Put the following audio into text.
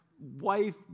wife